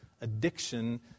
addiction